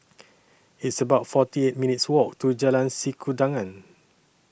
It's about forty minutes' Walk to Jalan Sikudangan